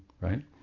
right